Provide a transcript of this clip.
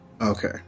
Okay